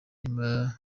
hanyuma